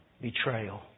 Betrayal